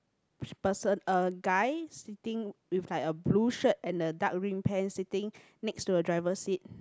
which person a guy sitting with like a blue shirt and a dark green pants sitting next to a driver seat